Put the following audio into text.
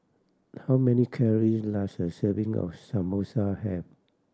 how many calories does a serving of Samosa have